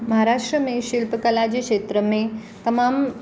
महाराष्ट्र में शिल्प कला जे खेत्र में तमामु